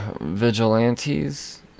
vigilantes